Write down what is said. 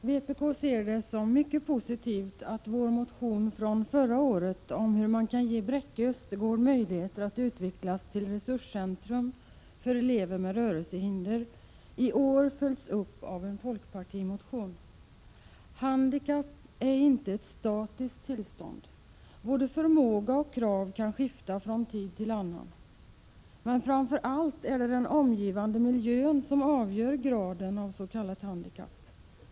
Herr talman! Vi ser det som mycket positivt att vår motion från förra året om hur man kan ge Bräcke Östergård möjligheter att utvecklas till resurscentrum för elever med rörelsehinder i år har följts upp av en folkpartimotion. Handikapp är inte ett statiskt tillstånd. Både förmåga och krav kan skifta från tid till annan. Framför allt är det den omgivande miljön som avgör graden avs.k. handikapp.